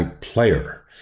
player